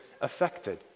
affected